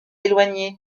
éloigné